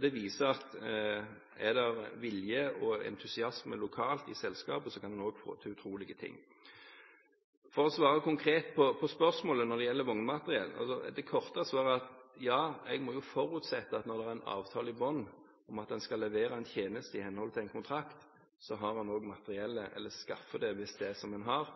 Det viser at er det vilje og entusiasme lokalt i selskapet, kan en få til utrolige ting. For å svare konkret på spørsmålet når det gjelder vognmateriell: Det korte svaret er at ja, jeg må jo forutsette at når det er en avtale i bunnen om at en skal levere en tjeneste i henhold til en kontrakt, har en også materiellet, eller skaffer det, hvis det som en har,